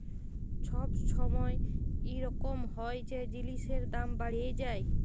ছব ছময় ইরকম হ্যয় যে জিলিসের দাম বাড়্হে যায়